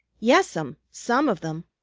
yes'm, some of them,